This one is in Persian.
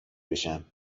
بشم